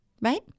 right